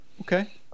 Okay